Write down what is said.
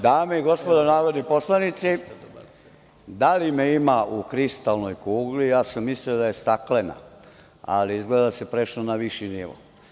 Dame i gospodo narodni poslanici, da li me ima u kristalnoj kugli, mislio sam da je staklena, ali izgleda da se prešlo na viši nivo.